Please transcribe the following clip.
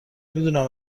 میدونم